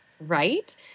right